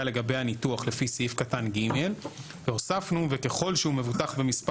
לגבי הניתוח לפי סעיף קטן (ג)' והוספנו 'וככל שהוא מבוטח במספר